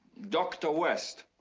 dr. west.